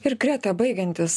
ir greta baigiantis